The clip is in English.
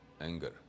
anger